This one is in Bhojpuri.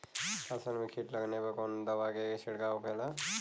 फसल में कीट लगने पर कौन दवा के छिड़काव होखेला?